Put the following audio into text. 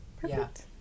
Perfect